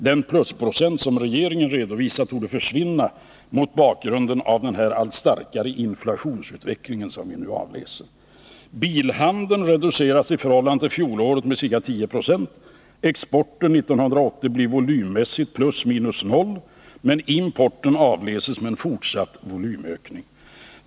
Den plusprocent som regeringen redovisar torde, mot bakgrund av den allt starkare inflationsutveckling som vi nu avläser, försvinna. Bilhandeln reduceras i förhållande till fjolåret med ca 10 26. Exportresultatet 1980 blir volymmässigt + 0, men när det gäller importen avläses en fortsatt volymökning.